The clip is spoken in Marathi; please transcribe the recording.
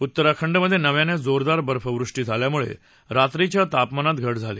उत्तराखंडमध्ये नव्याने जोरदार बर्फवृष्टी झाल्यामुळे रात्रीच्या तापमानात घट झाली